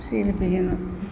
ശീലിപ്പിക്കുന്നു